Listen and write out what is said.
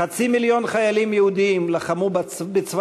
חצי מיליון חיילים יהודים לחמו בצבא